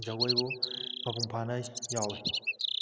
ꯖꯒꯣꯏꯕꯨ ꯃꯄꯨꯡꯐꯥꯅ ꯌꯥꯎꯏ